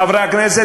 חברי הכנסת,